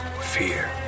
Fear